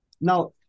now